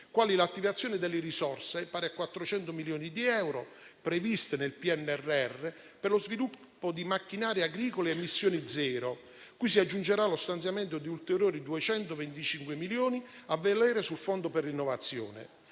quali l'attivazione di risorse pari a 400 milioni di euro, previste nel PNRR, per lo sviluppo di macchinari agricoli a emissioni zero, cui si aggiungerà lo stanziamento di ulteriori 225 milioni a valere sul fondo per l'innovazione;